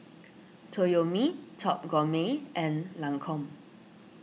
Toyomi Top Gourmet and Lancome